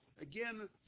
Again